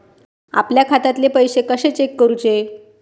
आपल्या खात्यातले पैसे कशे चेक करुचे?